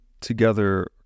together